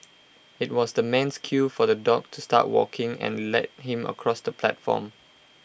IT was the man's cue for the dog to start walking and lead him across the platform